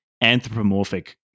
anthropomorphic